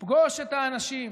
פגוש את האנשים,